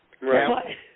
Right